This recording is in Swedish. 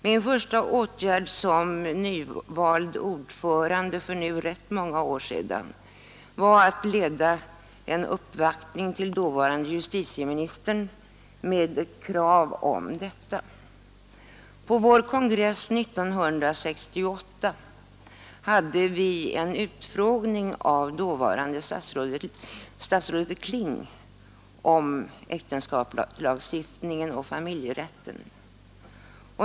Min första åtgärd som nyvald ordförande för nu rätt många år sedan var att leda en uppvaktning till dåvarande justitieministern med ett krav på detta. På vår kongress 1968 hade vi en utfrågning av dåvarande statsrådet Kling om äktenskapslagstiftningen och familjerätten.